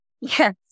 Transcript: Yes